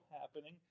happening